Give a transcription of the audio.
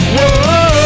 Whoa